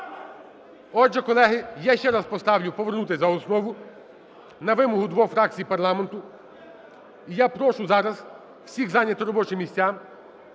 Отже, колеги, я ще раз поставлю "повернутись за основу" на вимогу двох фракцій парламенту, і я прошу зараз всіх зайняти робочі місця.